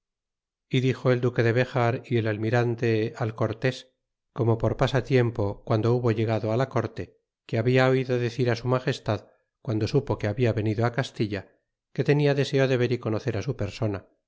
é dixo el duque de dejar y el almirante al cortés como por pasatiempo guando hubo llegado la corte que habla oido decir su magestad guando supo que habia venido castilla que tenia deseo de ver y conoce su persona